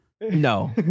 No